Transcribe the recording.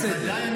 בוודאי,